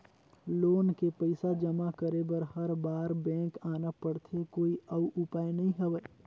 Loan के पईसा जमा करे बर हर बार बैंक आना पड़थे कोई अउ उपाय नइ हवय?